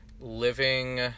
living